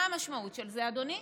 מה המשמעות של זה, אדוני?